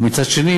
ומצד שני,